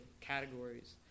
categories